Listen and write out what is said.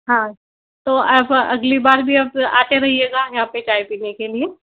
हाँ तो आप अगली बार भी आप आते रहियेगा यहाँ पे चाय पीने के लिए